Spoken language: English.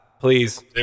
Please